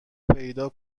پیدا